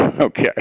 Okay